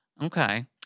Okay